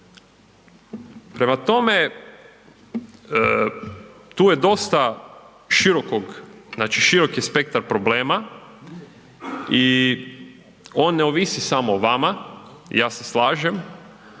Prema tome, tu je dostav širokog, znači širok je spektar problema i on ne ovisi samo o vama, ja se slažem,